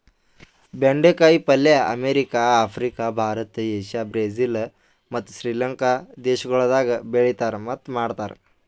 ಬೆಂಡೆ ಕಾಯಿ ಪಲ್ಯ America, Africa, Bharat, Asia, Brazil ಮತ್ತ್ ಶ್ರೀ ಲಂಕಾ ದೇಶಗೊಳ್ದಾಗ್ ಬೆಳೆತಾರ್ ಮತ್ತ್ ಮಾಡ್ತಾರ್